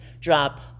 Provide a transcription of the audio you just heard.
drop